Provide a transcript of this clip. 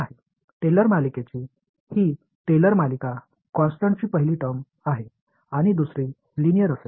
எனவே இவை டெய்லர் தொடரைப் போன்றவை இது டிரெய்லர் தொடரின் நிலையான முதல் வெளிப்பாடு நிலையானது அடுத்தது லீனியர் ஆக இருக்கும்